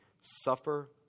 suffer